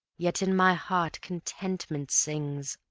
yet in my heart contentment sings.